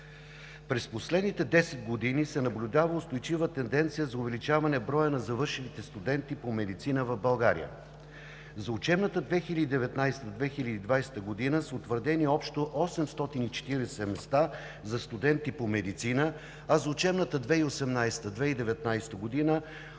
През последните 10 години се наблюдава устойчива тенденция за увеличаване на броя на завършилите студенти по медицина в България. За учебната 2019 – 2020 г. са утвърдени общо 840 места за студенти по медицина, а за учебната 2018 – 2019 г.